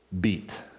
beat